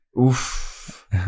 Oof